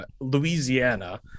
Louisiana